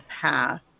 path